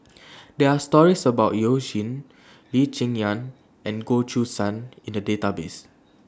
There Are stories about YOU Jin Lee Cheng Yan and Goh Choo San in The Database